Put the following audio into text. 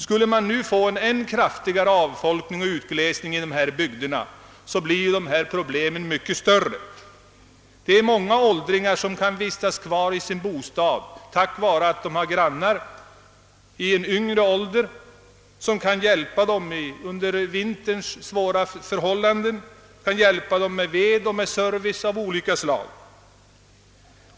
Skulle det ske en än kraftigare avfolkning och utglesning i dessa bygder bleve problemen ännu större. Det är många åldringar som kan vistas kvar i sin bostad tack vare att de har grannar i yngre ålder som kan hjälpa dem under vinterns svåra förhållanden med service av olika slag.